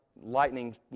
lightning